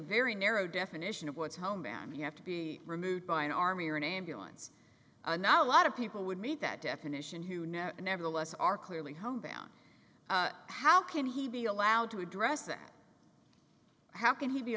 very narrow definition of what's home bam you have to be removed by an army or an ambulance not a lot of people would meet that definition who never nevertheless are clearly homebound how can he be allowed to address that how can he be